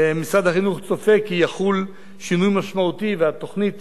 משרד החינוך צופה כי יחול שינוי משמעותי והתוכנית